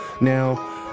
now